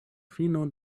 fino